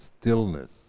stillness